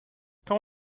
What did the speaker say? come